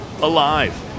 alive